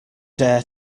dare